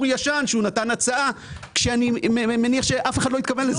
ישן שהוא נתן הצעה כשאני מניח שאף אחד לא התכוון לזה.